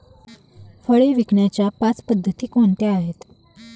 फळे विकण्याच्या पाच पद्धती कोणत्या आहेत?